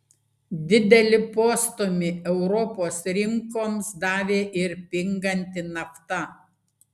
didelį postūmį europos rinkoms davė ir pinganti nafta